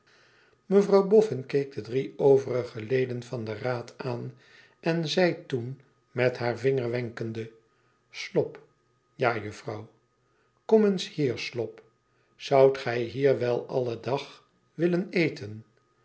mevrouw boffin keek de drie overige leden van den raad aan en zei toeo met haar vinger wenkende slop ja juffrouw kom eens hier slop zoudt gij hier wel alle dag willen eten